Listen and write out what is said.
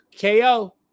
KO